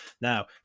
now